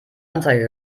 anzeige